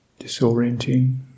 disorienting